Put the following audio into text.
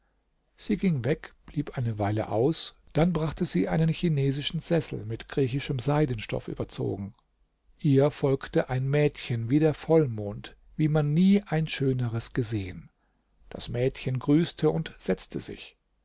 sie ging weg blieb eine weile aus dann brachte sie einen chinesischen sessel mit griechischem seidenstoff überzogen ihr folgte ein mädchen wie der vollmond wie man nie ein schöneres gesehen das mädchen grüßte und setzte sich